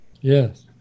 Yes